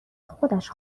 خودش